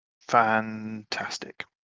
fantastic